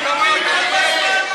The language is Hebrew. אקסטרני,